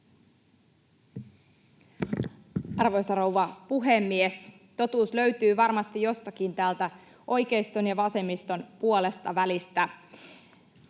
Arvoisa rouva puhemies! Totuus löytyy varmasti jostakin täältä oikeiston ja vasemmiston puolestavälistä.